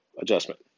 adjustment